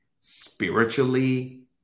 spiritually